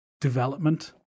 development